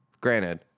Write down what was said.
granted